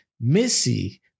missy